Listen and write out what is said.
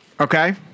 okay